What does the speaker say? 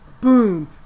boom